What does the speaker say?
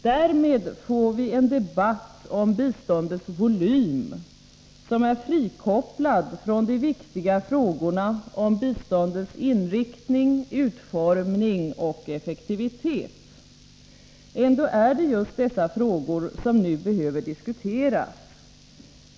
Därmed får vi en debatt om biståndets volym, som är frikopplad från de viktiga frågorna om biståndets inriktning, utformning och effektivitet. Ändå är det just dessa frågor som nu behöver diskuteras.